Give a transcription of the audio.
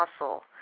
muscle